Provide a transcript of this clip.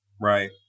Right